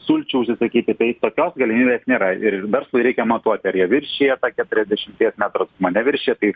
sulčių užsisakyti tai tokios galimybės nėra ir verslui reikia matuoti ar jie viršija keturiasdešimties metų atstumą neviršija tai